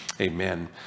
amen